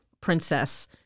princess